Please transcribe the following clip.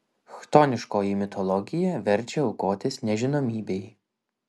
chtoniškoji mitologija verčia aukotis nežinomybei